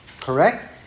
Correct